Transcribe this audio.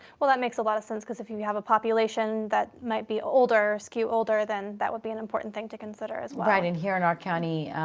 well, that makes a lot of sense because if you have a population that might be older or skew older then that would be an important thing to consider as well. right and here in our county,